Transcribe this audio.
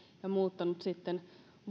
ja muuttanut sitten